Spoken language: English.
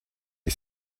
you